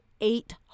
eight